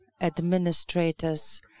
administrators